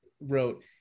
wrote